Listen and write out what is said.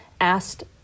asked